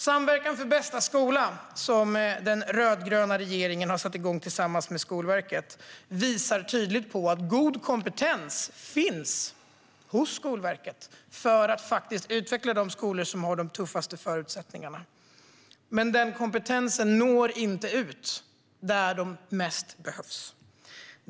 Samverkan för bästa skola, som den rödgröna regeringen har satt igång tillsammans med Skolverket, visar tydligt att god kompetens finns hos Skolverket för att faktiskt utveckla de skolor som har de tuffaste förutsättningarna. Men den kompetensen når inte ut dit där den bäst behövs.